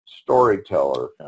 storyteller